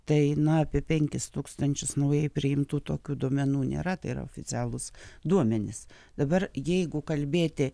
tai na apie penkis tūkstančius naujai priimtų tokių duomenų nėra tai yra oficialūs duomenys dabar jeigu kalbėti